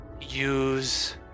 use